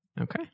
Okay